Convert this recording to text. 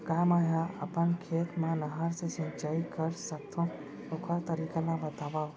का मै ह अपन खेत मा नहर से सिंचाई कर सकथो, ओखर तरीका ला बतावव?